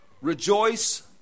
Rejoice